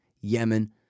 Yemen